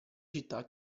città